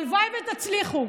הלוואי שתצליחו,